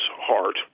heart